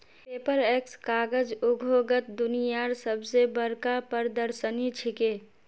Paperex कागज उद्योगत दुनियार सब स बढ़का प्रदर्शनी छिके